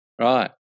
Right